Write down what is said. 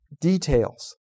Details